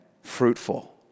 fruitful